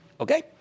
Okay